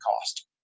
cost